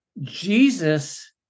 Jesus